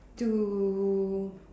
to